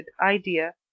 idea